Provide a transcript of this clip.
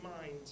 mind